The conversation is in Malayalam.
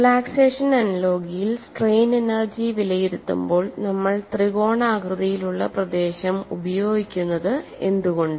റിലാക്സേഷൻ അനലോഗിയിൽ സ്ട്രെയിൻ എനർജി വിലയിരുത്തുമ്പോൾ നമ്മൾ ത്രികോണാകൃതിയിലുള്ള പ്രദേശം ഉപയോഗിക്കുന്നത് എന്തുകൊണ്ട്